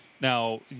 Now